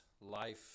life